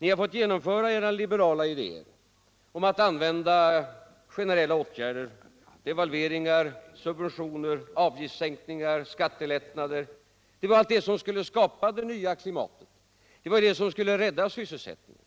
Ni har fått förverkliga era liberala idéer, ni har fått vidta generella åtgärder — devalveringar, subventioner, avgiftssänkningar och skattelättnader — dvs. allt det som skulle skapa det nya klimatet. Det var ju det som skulle rädda sysselsättningen,